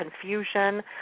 confusion